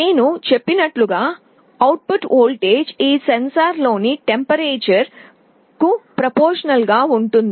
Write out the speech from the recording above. నేను చెప్పినట్లుగా output voltage ఈ సెన్సార్లలోని ఉష్ణోగ్రతకు ప్రపొర్షనల్ గా ఉంటుంది